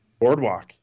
Boardwalk